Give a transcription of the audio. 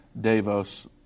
Davos